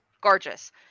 gorgeous